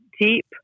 deep